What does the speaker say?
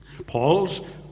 Paul's